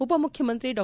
ಉಪಮುಖ್ಯಮಂತ್ರಿ ಡಾ